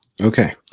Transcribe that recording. Okay